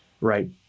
right